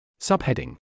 Subheading